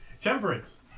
Temperance